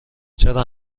چرا